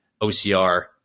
OCR